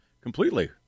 completely